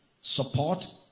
support